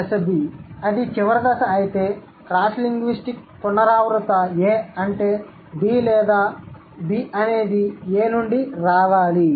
దశ B అది చివరి దశ అయితే క్రాస్ లింగ్విస్టిక్ పునరావృత A అంటే B లేదా B అనేది A నుండి రావాలి